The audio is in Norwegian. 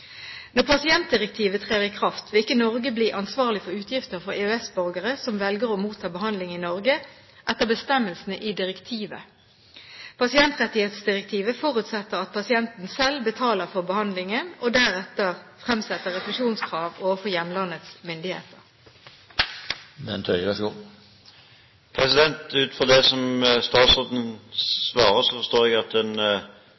Når pasientdirektivet trer i kraft, vil ikke Norge bli ansvarlig for utgifter for EØS-borgere som velger å motta behandling i Norge etter bestemmelsene i direktivet. Pasientrettighetsdirektivet forutsetter at pasienten selv betaler for behandlingen og deretter fremsetter refusjonskrav overfor hjemlandets myndigheter. Ut fra det som statsråden svarer, forstår jeg at en oppfatter situasjonen som tilfredsstillende for spesialisthelsetjenesten, men ikke for primærhelsetjenesten. Kan statsråden